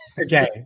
Okay